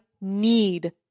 need